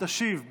תשיב,